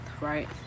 right